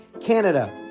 Canada